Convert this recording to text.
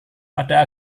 pada